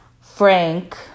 Frank